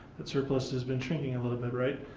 that surplus has been shrinking a little bit, right.